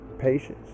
Patience